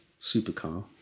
supercar